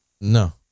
No